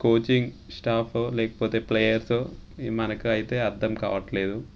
coaching స్టాఫో లేకపోతే ప్లేయర్సో మనకైతే అర్థం కావట్లేదు